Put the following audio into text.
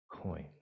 coin